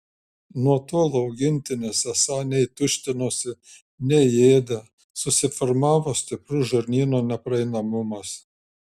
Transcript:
nuo tol augintinis esą nei tuštinosi nei ėdė susiformavo stiprus žarnyno nepraeinamumas